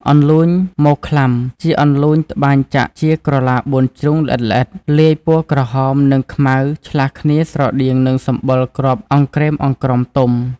អន្លូញមក្លាំ ជាអន្លូញត្បាញចាក់ជាក្រឡាបួនជ្រុងល្អិតៗ លាយព័ណ៌ក្រហមនិងខ្មៅឆ្លាស់គ្នាស្រដៀងនឹងសម្បុរគ្រាប់អង្ក្រេមអង្ក្រមទុំ។